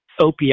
OPI